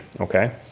okay